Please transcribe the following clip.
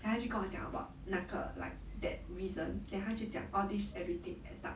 then 他就跟我讲 about 那个 like that reason then 他就讲 all this everything add up